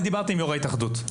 דיברתי עם יו"ר ההתאחדות.